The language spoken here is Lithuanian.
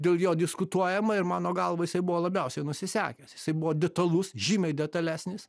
dėl jo diskutuojama ir mano galva jisai buvo labiausiai nusisekęs jisai buvo detalus žymiai detalesnis